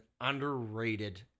underrated